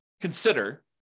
consider